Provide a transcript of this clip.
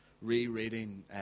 re-reading